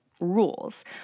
Rules